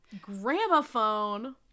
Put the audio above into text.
Gramophone